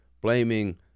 blaming